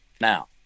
Now